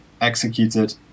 executed